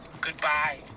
Goodbye